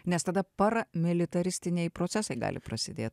nes tada paramilitaristiniai procesai gali prasidėt